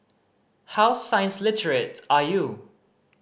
how science literate are you